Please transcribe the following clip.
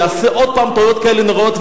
יעשה עוד פעם טעויות כאלה נוראיות,